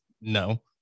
no